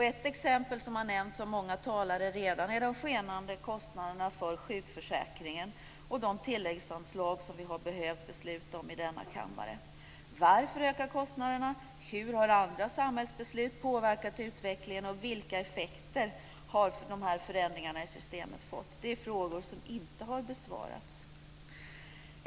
Ett exempel som redan har nämnts av många talare är de skenande kostnaderna för sjukförsäkringen och de tilläggsanslag som vi har behövt besluta om här i kammaren. Varför ökar kostnaderna? Hur har andra samhällsbeslut påverkat utvecklingen? Vilka effekter har de här förändringarna i systemet fått? Det är frågor som inte har besvarats.